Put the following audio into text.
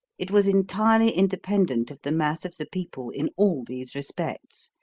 it was entirely independent of the mass of the people in all these respects,